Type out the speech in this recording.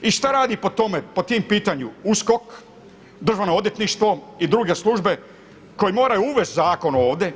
I šta radi po tom pitanju USKOK, Državno odvjetništvo i druge službe koji moraju uvesti zakon ovdje?